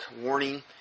Warning